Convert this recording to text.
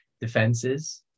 defenses